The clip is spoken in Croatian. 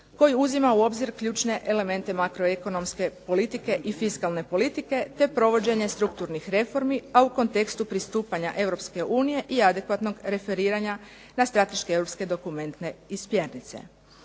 koji uzima u obzir ključne elemente makroekonomske politike i fiskalne politike te provođenje strukturnih reformi, a u kontekstu pristupanja EU i adekvatnog referiranja na strateške europske dokumente i smjernice.